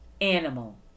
animal